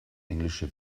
englische